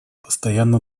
постоянно